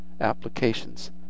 applications